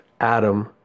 Adam